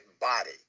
body